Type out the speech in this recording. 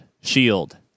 shield